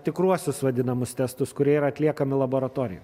tikruosius vadinamus testus kurie yra atliekami laboratorijoj